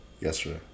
yesterday